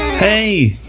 Hey